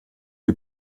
die